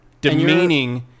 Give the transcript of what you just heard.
demeaning